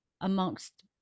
amongst